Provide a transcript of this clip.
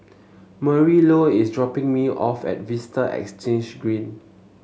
Marylou is dropping me off at Vista Exhange Green